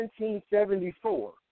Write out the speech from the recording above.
1774